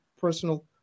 personal